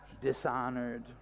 dishonored